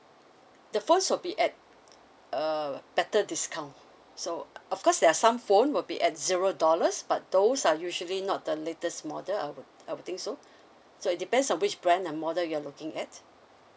the first will be at uh better discount so of course there are some phone will be at zero dollars but those are usually not the latest model I would I would think so so it depends on which brand and model you are looking at